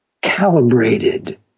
calibrated